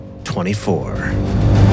24